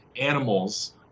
animals